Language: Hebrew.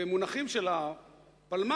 במונחים של הפלמ"ח,